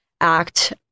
act